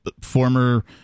former